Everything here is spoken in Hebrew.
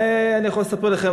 אני יכול לספר לכם,